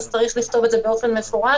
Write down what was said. צריך לכתוב את זה באופן מפורש,